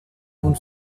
nun